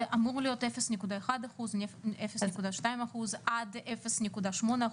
זה אמור להיות 0.1%, 0.2% עד 0.8%?